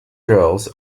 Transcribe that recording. girls